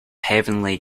heavenly